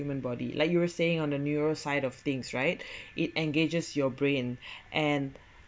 human body like you were saying on the neuroscience of things right it engages your brain and